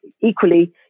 equally